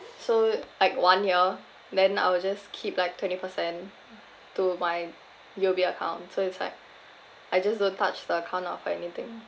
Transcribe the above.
so like one year then I will just keep like twenty percent to my U_O_B account so it's like I just don't touch the account or anything